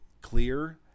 clear